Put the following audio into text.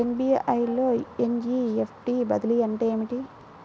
SBI లో NEFT బదిలీ అంటే ఏమిటి?